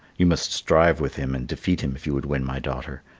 you must strive with him and defeat him if you would win my daughter.